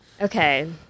okay